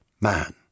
man